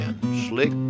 Slick